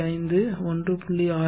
5 1